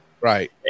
Right